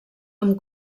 amb